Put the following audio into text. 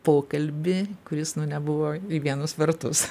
pokalbį kuris na nebuvo į vienus vartus